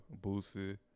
Boosie